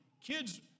Kids